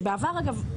שבעבר אגב,